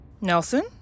Nelson